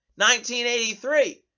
1983